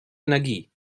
energie